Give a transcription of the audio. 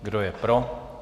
Kdo je pro?